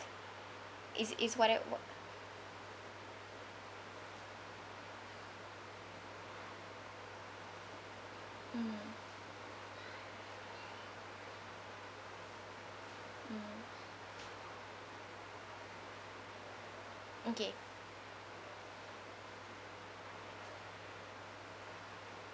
is is whate~ wha~ mmhmm mm okay